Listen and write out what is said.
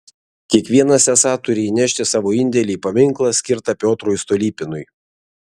kiekvienas esą turi įnešti savo indėlį į paminklą skirtą piotrui stolypinui